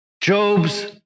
Job's